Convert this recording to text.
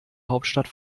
hauptstadt